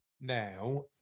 now